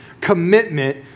commitment